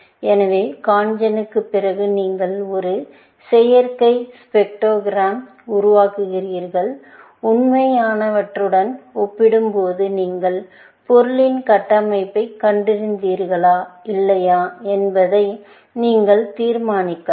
எனவே CONGEN க்குப் பிறகு நீங்கள் ஒரு செயற்கை ஸ்பெக்ட்ரோகிராமை உருவாக்குகிறீர்கள் உண்மையானவற்றுடன் ஒப்பிடும்போது நீங்கள் பொருளின் கட்டமைப்பைக் கண்டுபிடித்தீர்களா இல்லையா என்பதை நீங்கள் தீர்மானிக்கலாம்